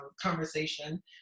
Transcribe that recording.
conversation